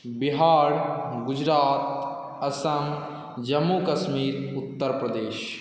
Bihar Gujarat Assam Jammu Kashmir Uttar Pradesh